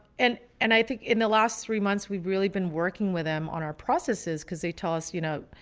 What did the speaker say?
and and i think in the last three months, we've really been working with them on our processes, because they tell us, you know,